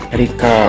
rika